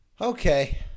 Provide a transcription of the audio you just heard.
okay